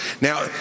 Now